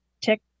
tick